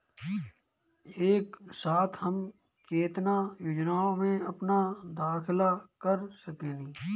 एक साथ हम केतना योजनाओ में अपना दाखिला कर सकेनी?